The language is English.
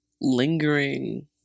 lingering